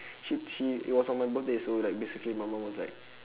she'd she it was on my birthday so like basically my mum was like